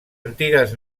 antigues